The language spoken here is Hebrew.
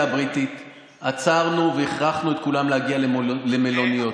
הבריטית עצרנו והכרחנו את כולם להגיע למלוניות.